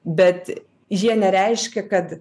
bet jie nereiškia kad